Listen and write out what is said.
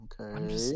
okay